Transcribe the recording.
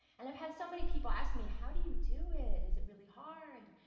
and i've had so many people ask me, how do you do it? is it really hard?